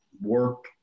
work